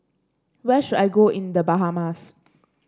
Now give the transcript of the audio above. where should I go in The Bahamas